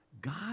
God